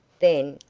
then,